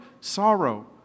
Sorrow